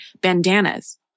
bandanas